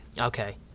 Okay